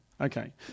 Okay